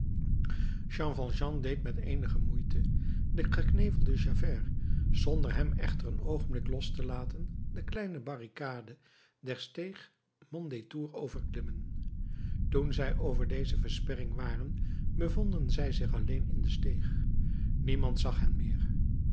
jean valjean deed met eenige moeite den geknevelden javert zonder hem echter een oogenblik los te laten de kleine barricade der steeg mondétour overklimmen toen zij over deze versperring waren bevonden zij zich alleen in de steeg niemand zag hen meer